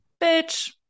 Bitch